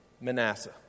Manasseh